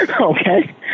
Okay